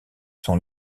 sont